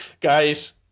Guys